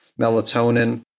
melatonin